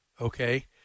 Okay